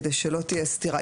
כדי שלא תהיה סתירה.